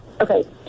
Okay